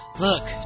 Look